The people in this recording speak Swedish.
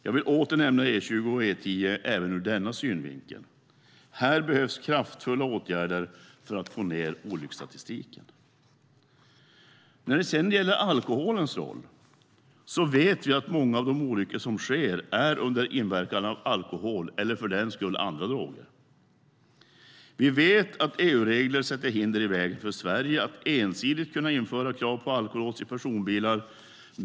Jag vill åter nämna E20 och E10 även ur denna synvinkel. Här behövs kraftfulla åtgärder för att få ned olycksstatistiken. När det sedan gäller alkoholens roll vet vi att många av de olyckor som inträffar sker under inverkan av alkohol eller andra droger. Vi vet att EU-regler sätter hinder i vägen för Sverige att ensidigt införa krav på alkolås i personbilar.